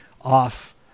off